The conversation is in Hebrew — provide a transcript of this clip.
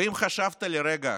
ואם חשבת לרגע